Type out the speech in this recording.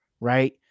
Right